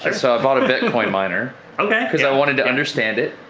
like so i bought a bitcoin miner because i wanted to understand it,